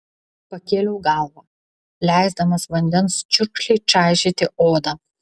pakėliau galvą leisdamas vandens čiurkšlei čaižyti odą